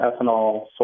ethanol